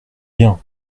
bien